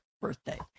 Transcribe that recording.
birthday